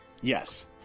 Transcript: Yes